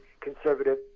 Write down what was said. conservative